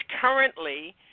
currently